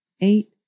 eight